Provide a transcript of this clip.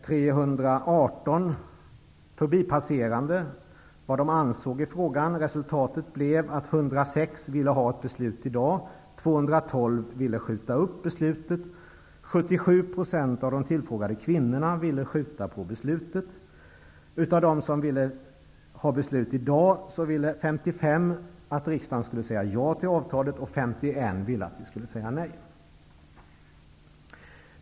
318 förbipasserande fick säga sin uppfattning i frågan. 106 personer ville ha ett beslut i dag. 212 personer ville skjuta på beslutet. 77 % av de tillfrågade kvinnorna ville skjuta på beslutet. Av dem som ville ha ett beslut i dag var det 55 som ville att riksdagen skulle säga ja till avtalet. 51 ville att vi i riksdagen skulle säga nej.